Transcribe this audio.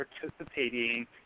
participating